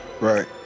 Right